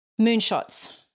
Moonshots